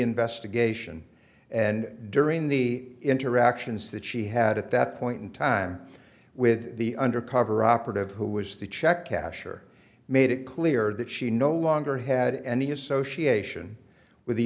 investigation and during the interactions that she had at that point in time with the undercover operative who was the check casher made it clear that she no longer had any association with the